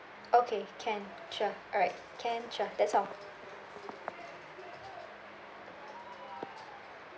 okay can sure alright can sure that's all